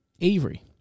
Avery